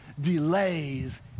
delays